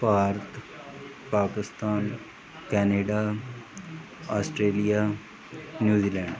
Bharat Pakistan Canada Australia New Zealand